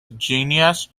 genus